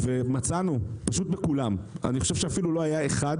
ומצאנו פשוט בכולם אני חושב שאפילו לא היה אחד